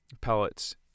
pellets